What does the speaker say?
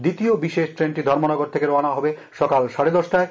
দ্বিতীয় বিশেষ ট্রেনটি ধর্মনগর থেকে রওনা হবে সকাল সাড়ে দশটায়